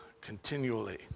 continually